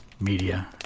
Media